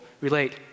relate